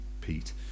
Pete